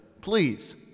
Please